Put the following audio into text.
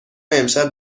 امشب